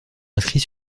inscrit